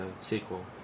sequel